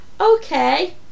okay